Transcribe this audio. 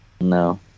No